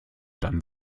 dann